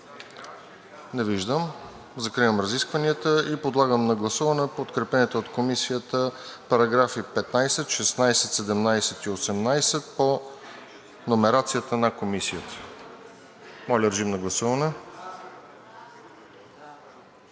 Не виждам. Закривам разискванията. Подлагам на гласуване подкрепените от Комисията параграфи 15, 16, 17 и 18 по номерацията на Комисията. Гласували 176 народни